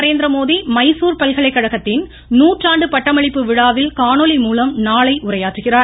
நரேந்திர மோடி மைசூர் பல்கலைக்கழகத்தின் நூற்றாண்டு பட்டமளிப்பு விழாவில் காணொளிமூலம் நாளை உரையாற்றுகிறார்